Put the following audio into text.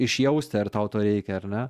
ir išjausti ar tau to reikia ar ne